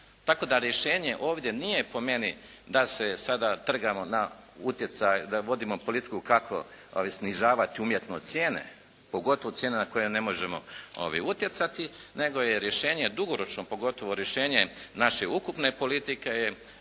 Tako da rješenje ovdje nije po meni da se sada trgamo na utjecaj, da vodimo politiku kako, ali snižavati umjetno cijene, pogotovo cijene na koje ne možemo utjecati, nego je rješenje dugoročno, pogotovo rješenje naše ukupne politike je